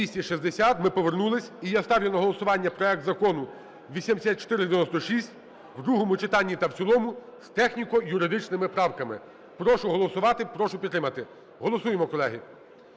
За-260 Ми повернулись. І я ставлю на голосування проект закону 8496 в другому читанні та в цілому з техніко-юридичними правками. Прошу голосувати. Прошу підтримати. Голосуємо, колеги.